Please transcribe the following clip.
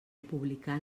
publicar